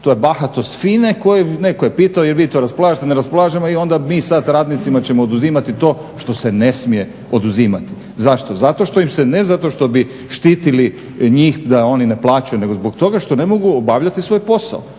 To je bahatost FINA-e koja, netko je pitao jel vi to raspolažete? Ne raspolažemo. I onda mi sad radnicima ćemo oduzimati to što se ne smije oduzimati. Zašto? Zato što im se, ne zato što bi štitili njih da oni ne plaćaju nego zbog toga što ne mogu obavljati svoj posao.